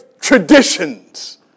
traditions